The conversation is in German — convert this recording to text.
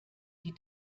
die